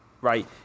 right